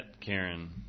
Karen